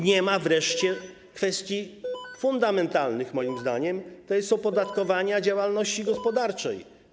Nie ma wreszcie kwestii fundamentalnych moim zdaniem, to jest opodatkowania działalności gospodarczej.